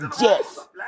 Yes